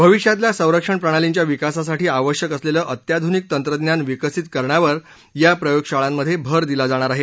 भविष्यातल्या संरक्षण प्रणालींच्या विकासासाठी आवश्यक असलेलं अत्याधुनिक तंत्रज्ञान विकसित करण्यावर या प्रयोगशाळांमध्ये भर दिला जाणार आहे